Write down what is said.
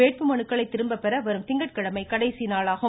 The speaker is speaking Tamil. வேட்புமனுக்களை திரும்பப்பெற வரும் திங்கட்கிழமை கடைசி நாளாகும்